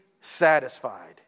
satisfied